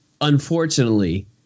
unfortunately